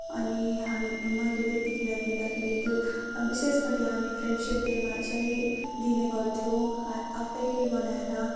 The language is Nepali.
अनि हामी मैले त्यतिखेर दिँदाखेरि त्यो विशेष गरी हामी फ्रेन्डसिप डेमा चाहिँ दिने गर्थ्यौँ आफैले बनाएर